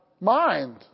mind